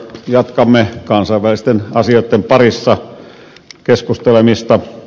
jatkamme kansainvälisten asioitten parissa keskustelemista